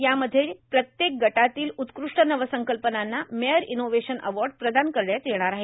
यामधील प्रत्येक गटातील उत्कृष्ट नवसंकल्पनांना मेअर इनोव्हेशन अवार्ड प्रदान करण्यात येणार आहे